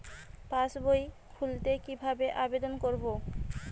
পাসবই খুলতে কি ভাবে আবেদন করব?